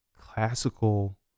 classical